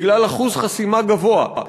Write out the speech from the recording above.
בגלל אחוז חסימה גבוה,